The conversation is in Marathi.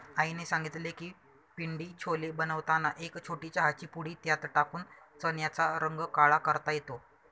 आईने सांगितले की पिंडी छोले बनवताना एक छोटी चहाची पुडी त्यात टाकून चण्याचा रंग काळा करता येतो